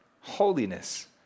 holiness